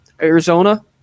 Arizona